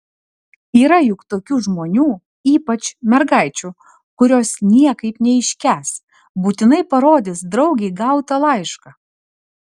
yra juk tokių žmonių ypač mergaičių kurios niekaip neiškęs būtinai parodys draugei gautą laišką